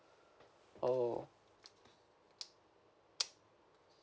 oh